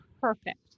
perfect